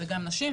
זה גם נשים,